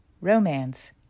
romance